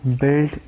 build